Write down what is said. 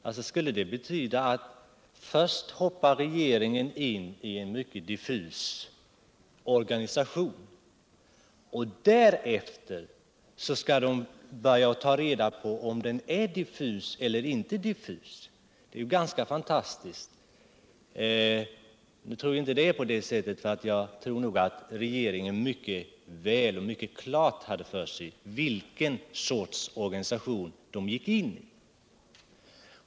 Det skulle i så fall betyda att regeringen först hoppar in i en mycket diffus organisation och därefter skall börja med att ta reda på om denna organisation är diffus eller inte, vilket är ganska fantastiskt. Nu tror jag inte alt det är på det sättet, utan jag tror att regeringen hade mycket klart för sig vilken sorts organisation man gick in i.